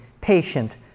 patient